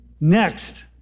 Next